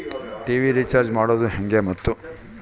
TV recharge ಮಾಡೋದು ಹೆಂಗ ಮತ್ತು?